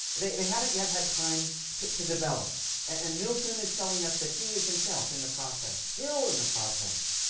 they they haven't yet had time to to develop. and and milton is telling us that he is himself in the process, still in the process,